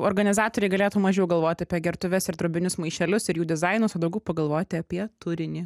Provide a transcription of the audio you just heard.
organizatoriai galėtų mažiau galvot apie gertuves ir drobinius maišelius ir jų dizainus o daugiau pagalvoti apie turinį